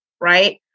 right